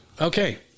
Okay